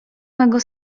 mego